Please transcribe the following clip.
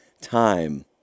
time